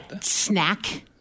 Snack